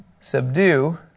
subdue